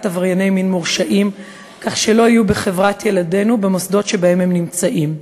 עברייני מין מורשעים כך שלא יהיו בחברת ילדינו במוסדות שבהם הם נמצאים?